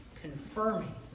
confirming